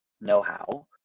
know-how